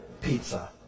pizza